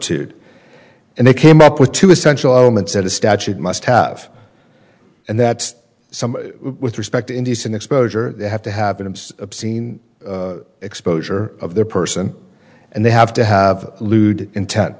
e and they came up with two essential elements of the statute must have and that some with respect indecent exposure they have to have an obscene exposure of their person and they have to have lewd int